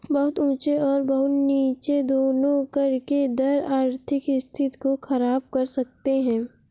बहुत ऊँचे और बहुत नीचे दोनों कर के दर आर्थिक स्थिति को ख़राब कर सकते हैं